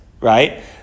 right